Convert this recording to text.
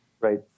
Right